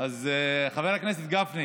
חבר הכנסת גפני,